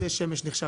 דודי שמש נחשב.